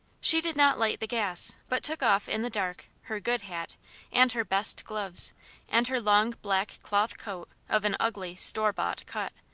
she did not light the gas, but took off in the dark her good hat and her best gloves and her long black cloth coat of an ugly store-bought cut,